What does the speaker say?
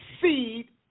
seed